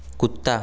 कुत्ता